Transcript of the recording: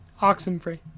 Oxenfree